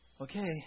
okay